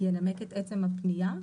ינמק את עצם הפנייה?